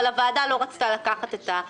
אבל הוועדה לא רצתה לקחת את הסיכון הזה.